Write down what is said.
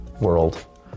world